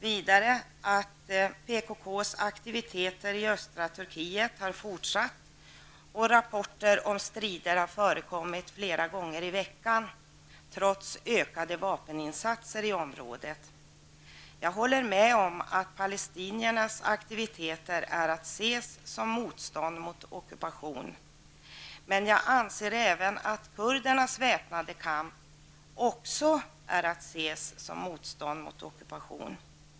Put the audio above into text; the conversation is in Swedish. Vidare står det att PKKs aktiviteter i östra Turkiet har fortsatt och att rapporter om strider har förekommit flera gånger i veckan trots ökade vapeninsatser i området. Jag håller med om att palestiniernas aktiviteter är att se som motstånd mot ockupation, men jag anser även att kurdernas väpnade kamp också är att se som motstånd mot ockupation.